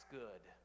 good